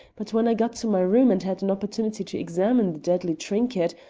but when i got to my room and had an opportunity to examine the deadly trinket,